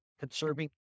conserving